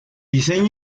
diseño